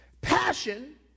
Passion